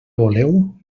voleu